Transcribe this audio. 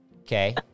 Okay